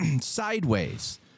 sideways